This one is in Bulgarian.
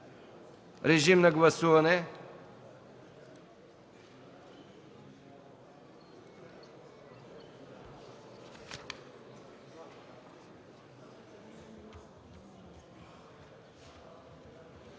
режим на гласуване.